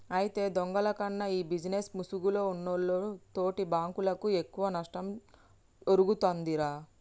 అయితే దొంగల కన్నా ఈ బిజినేస్ ముసుగులో ఉన్నోల్లు తోటి బాంకులకు ఎక్కువ నష్టం ఒరుగుతుందిరా